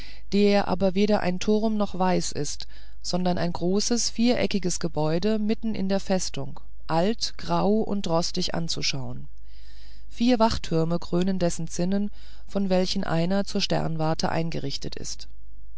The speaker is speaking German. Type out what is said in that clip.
der aber weder ein turm noch weiß ist sondern ein großes viereckiges gebäude mitten in der festung alt grau und rostig anzuschauen vier wachttürme krönen dessen zinnen von welchen einer zur sternwarte eingerichtet ist